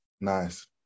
Nice